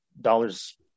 dollars